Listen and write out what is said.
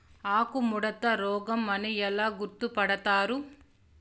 ఆకుముడత రోగం అని ఎలా గుర్తుపడతారు?